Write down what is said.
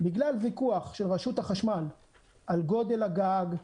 בגלל ויכוח של רשות החשמל על גודל הגג,